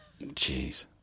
Jeez